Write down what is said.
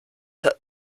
hat